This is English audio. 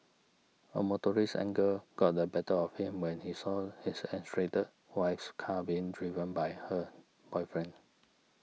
a motorist's anger got the better of him when he saw his estranged wife's car being driven by her boyfriend